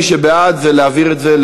מי שבעד, זה להעביר את זה,